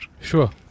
Sure